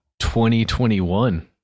2021